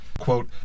Quote